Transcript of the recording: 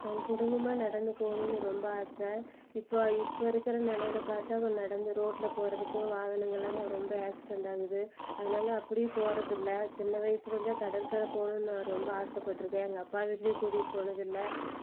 நாங்கள் குடும்பமாக நடந்து போகணும்னு ரொம்ப ஆசை இப்போ இப்போ இருக்கிற நிலையில பார்த்தால் அவங்க நடந்து ரோட்டில் போகிறதுக்கும் வாகனங்களால் ரொம்ப ஆக்சிடென்ட் ஆகுது அதனால் அப்படியும் போகிறதில்ல சின்ன வயசுலேருந்தே கடற்கரை போகணும்னு நான் ரொம்ப ஆசைப்பட்டுருக்கேன் எங்கள் அப்பா வீட்டிலேயும் கூட்டிகிட்டு போனதில்லை